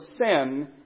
sin